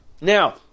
Now